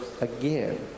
again